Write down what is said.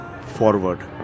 forward